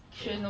no